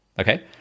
Okay